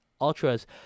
Ultra's